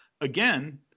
again